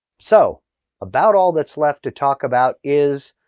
so about all that's left to talk about is,